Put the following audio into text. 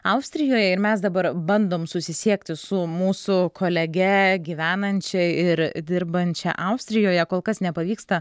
austrijoje ir mes dabar bandom susisiekti su mūsų kolege gyvenančia ir dirbančia austrijoje kol kas nepavyksta